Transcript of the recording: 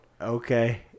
Okay